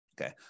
Okay